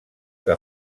que